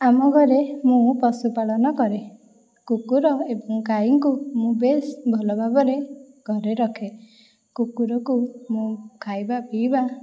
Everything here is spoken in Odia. ଆମ ଘରେ ମୁଁ ପଶୁପାଳନ କରେ କୁକୁର ଏବଂ ଗାଈଙ୍କୁ ମୁଁ ବେଶ ଭଲ ଭାବରେ ଘରେ ରଖେ କୁକୁରକୁ ମୁଁ ଖାଇବା ପିଇବା